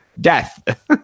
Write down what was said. Death